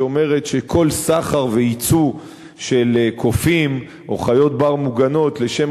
שאומרת שכל סחר וייצוא של קופים או חיות-בר מוגנות לשם